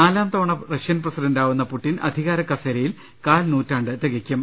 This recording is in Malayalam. നാലാം തവണ റഷ്യൻ പ്രസിഡന്റാവുന്ന പുടിൻ അധികാരക്കസേരയിൽ കാൽ നൂറ്റാണ്ട് തികയ്ക്കും